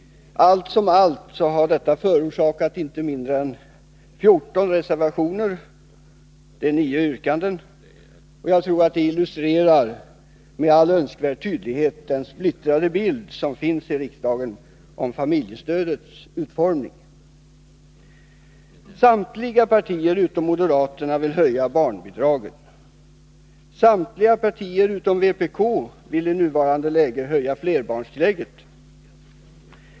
Allt som allt har detta förorsakat inte mindre än 14 Onsdagen den reservationer med 9 olika yrkanden. Det illustrerar med önskvärd tydlighet 15 december 1982 den splittrade bilden när det gäller riksdagens inställning till familjestödets utformning. Upphävande av Samtliga partier utom moderaterna vill höja barnbidraget, och samtliga beslutet om partier utom vpk vill i nuvarande läge höja flerbarnstillägget.